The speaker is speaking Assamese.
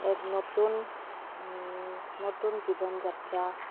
এক নতুন নতুন জীৱন যাত্ৰা